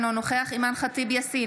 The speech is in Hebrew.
אינו נוכח אימאן ח'טיב יאסין,